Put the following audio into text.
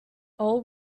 all